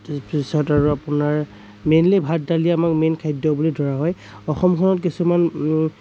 তাৰ পিছত আৰু আপোনাৰ মেইনলী ভাত দালি আমাৰ মেইন খাদ্য় বুলি ধৰা হয় অসমখনত কিছুমান